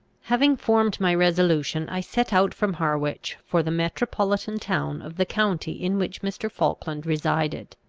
having formed my resolution, i set out from harwich, for the metropolitan town of the county in which mr. falkland resided.